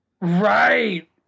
Right